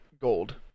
gold